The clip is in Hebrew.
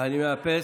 אני מאפס.